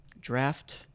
draft